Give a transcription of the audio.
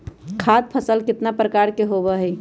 खाद्य फसल कितना प्रकार के होबा हई?